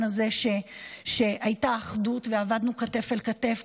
הזה שהייתה אחדות ועבדנו כתף אל כתף.